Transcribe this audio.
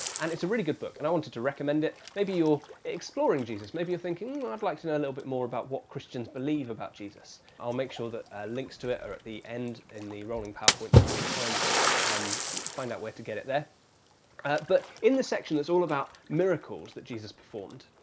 and it's a really good book and i wanted to recommend it. maybe you're exploring jesus maybe you're thinking, i'd like to know a little bit more about what christians believe about jesus. i'll make sure that links to it are at the end in the rolling powerpoint so you can find and find out where to get it there ah but in the section that's all about miracles that jesus performed,